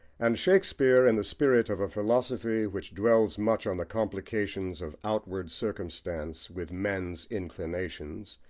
and shakespeare, in the spirit of a philosophy which dwells much on the complications of outward circumstance with men's inclinations,